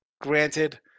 Granted